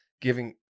giving –